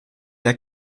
der